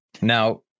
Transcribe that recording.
now